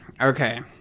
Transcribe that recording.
Okay